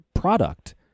product